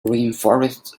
rainforests